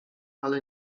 ale